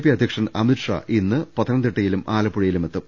P അധ്യക്ഷൻ അമിത്ഷാ ഇന്ന് പത്തനംതിട്ട യിലും ആലപ്പുഴയിലുമെത്തും